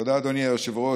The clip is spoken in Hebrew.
תודה, אדוני היושב-ראש.